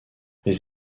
les